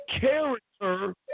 character